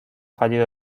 fallido